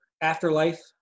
Afterlife